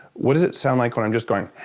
what does it sound like when i'm just going